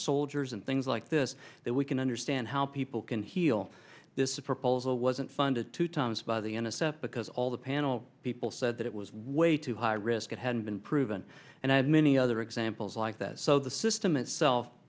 soldiers and things like this that we can understand how people can heal this proposal wasn't funded two times by the n s f because all the panel people said that it was way too high risk it hadn't been proven and i have many other examples like that so the system itself